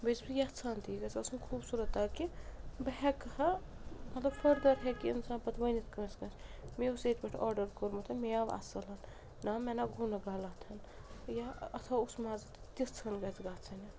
بیٚیہِ چھیٚس بہٕ یَژھان تہِ یہِ گژھہِ آسُن خوٗبصوٗرت تاکہِ بہٕ ہیٚکہٕ ہا مطلب فٔردَر ہیٚکہِ اِنسان پَتہٕ ؤنِتھ کٲنٛسہِ کٲنٛسہِ مےٚ اوس ییٚتہِ پٮ۪ٹھ آرڈَر کوٚرمُت میٚے آو اصٕل ناو مےٚ ناو گوٚو نہٕ غلط یا اَتھ ہا اوس مَزٕ تیٖژھ ہان گژھہِ گژھٕنۍ